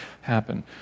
happen